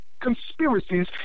conspiracies